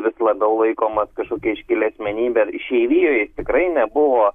vis labiau laikomas kažkokia iškilia asmenybe išeivijoj jis tikrai nebuvo